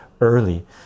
early